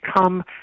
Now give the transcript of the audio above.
come